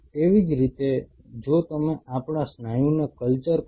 તેવી જ રીતે જો તમે આપણા સ્નાયુને કલ્ચર કરો